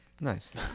Nice